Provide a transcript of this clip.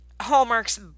Hallmark's